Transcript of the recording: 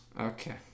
Okay